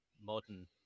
modern